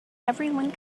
everyone